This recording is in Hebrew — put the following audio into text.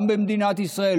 גם במדינת ישראל,